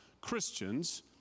Christians